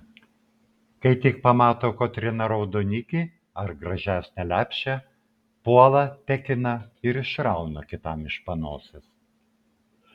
kai tik pamato kotryna raudonikį ar gražesnę lepšę puola tekina ir išrauna kitam iš panosės